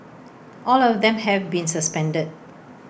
all of them have been suspended